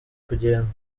kugenda